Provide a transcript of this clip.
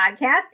Podcast